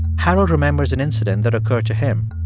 harold remembers an incident that occurred to him.